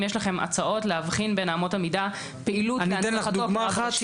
אם יש לכם הצעות להבחין בין אמות המידה --- אני אתן לך דוגמה אחת.